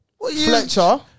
Fletcher